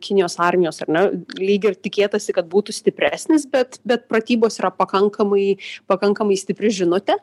kinijos armijos ar ne lyg ir tikėtasi kad būtų stipresnis bet bet pratybos yra pakankamai pakankamai stipri žinutė